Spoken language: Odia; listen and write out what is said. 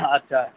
ଆଚ୍ଛା